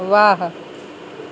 वाह